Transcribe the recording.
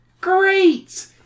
Great